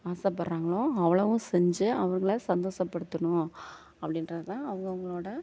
ஆசைப்பட்றாங்களோ அவ்வளோவும் செஞ்சு அவங்கள சந்தோஷப்படுத்தணும் அப்படின்றது தான் அவங்கவுங்களோட